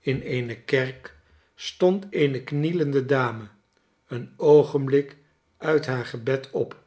in eene kerk stond eene knielende dame een oogenblik uit haar gebed op